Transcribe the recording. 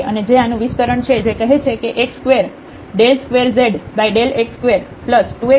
અને જે આનું વિસ્તરણ છે જે કહે છે કે x22zx22xy2z∂x∂yy22zy2nz ∀x y∈D